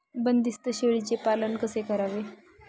बंदिस्त शेळीचे पालन कसे करावे?